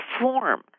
form